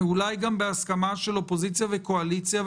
אולי גם בהסכמה של אופוזיציה וקואליציה,